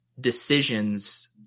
decisions